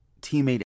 teammate